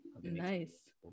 nice